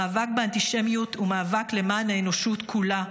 המאבק באנטישמיות הוא מאבק למען האנושות כולה,